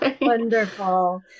Wonderful